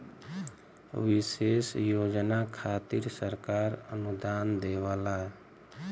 विशेष योजना खातिर सरकार अनुदान देवला